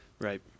Right